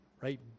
Right